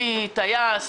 מי טייס,